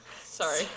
Sorry